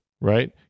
right